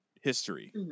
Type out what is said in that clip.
history